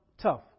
tough